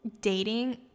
dating